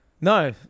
No